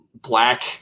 black